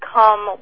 come